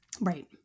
Right